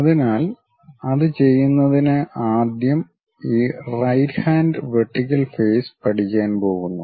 അതിനാൽ അത് ചെയ്യുന്നതിന് ആദ്യം ഈ റൈറ്റ് ഹാൻഡ് വെർട്ടിക്കൽ ഫേസ് പഠിക്കാൻ പോകുന്നു